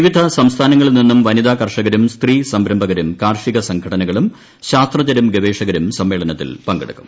വിവിധ സംസ്ഥാനങ്ങളിൽ നിന്നും വനിതാ കർഷകരും സ്ത്രീ സംരംഭകരും കാർഷിക സംഘടനകളും ശാസ്ത്രഞ്ജരും ഗവേഷകരും സമ്മേളനത്തിൽ പങ്കെടുക്കും